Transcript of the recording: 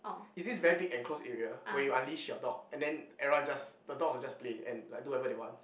is this very big enclosed area where you unleash your dog and then everyone just the dog will just play and like do whatever they want